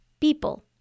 people